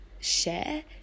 share